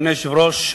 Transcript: אדוני היושב-ראש,